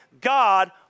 God